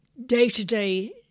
day-to-day